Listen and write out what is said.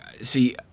see